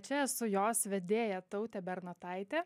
čia esu jos vedėja tautė bernotaitė